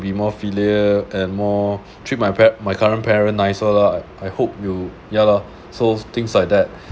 be more filial and more treat my pa~ my current parent nicer lah I hope you ya lor so things like that